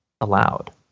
allowed